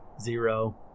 Zero